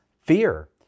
fear